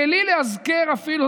בלי לאזכר אפילו.